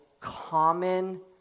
common